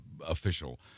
official